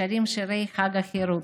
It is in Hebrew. שרים משירי חג החירות.